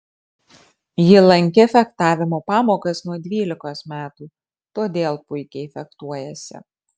ji lankė fechtavimo pamokas nuo dvylikos metų todėl puikiai fechtuojasi